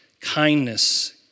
kindness